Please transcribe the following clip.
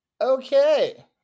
okay